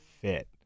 fit